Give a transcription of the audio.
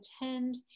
attend